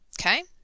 Okay